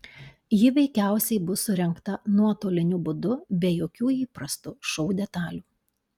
ji veikiausiai bus surengta nuotoliniu būdu be jokių įprastų šou detalių